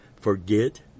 forget